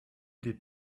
des